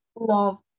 love